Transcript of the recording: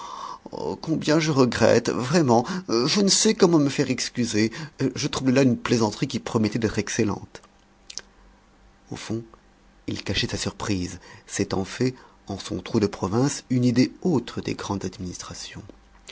combien je regrette vraiment je ne sais comment me faire excuser je trouble là une plaisanterie qui promettait d'être excellente au fond il cachait sa surprise s'étant fait en son trou de province une idée autre des grandes administrations